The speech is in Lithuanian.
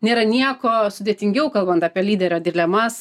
nėra nieko sudėtingiau kalbant apie lyderio dilemas